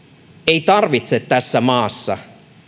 ei tarvitse tässä maassa